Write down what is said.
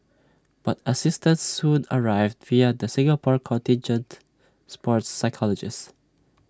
but assistance soon arrived via the Singapore contingent's sports psychologist